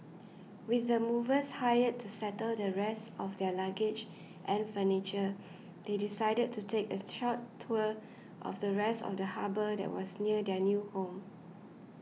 with the movers hired to settle the rest of their luggage and furniture they decided to take a short tour of the rest of the harbour that was near their new home